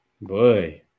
boy